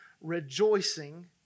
rejoicing